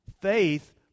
Faith